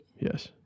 Yes